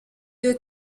due